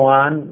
on